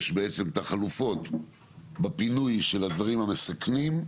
יש בעצם את החלופות בפינוי של הדברים המסכנים,